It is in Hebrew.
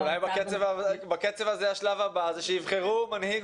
אולי בקצב הזה השלב הבא זה שיבחרו מנהיג